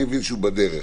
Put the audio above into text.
אני מבין שהוא בדרך.